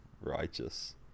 righteous